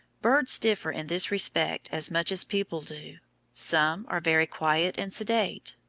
birds differ in this respect as much as people do some are very quiet and sedate,